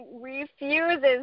refuses